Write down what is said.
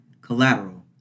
collateral